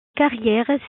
carrière